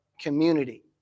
community